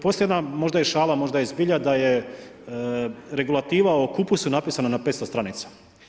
Postoji jedan možda i šala, možda i zbilja da je regulativa o kupusu napisana na 500 stranica.